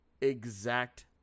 exact